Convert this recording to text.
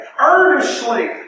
earnestly